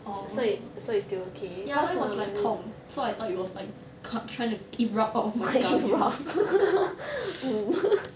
orh ya mine was like 痛 so I thought it was like come~ trying to erupt out of my